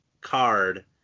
card